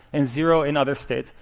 and zero in other states.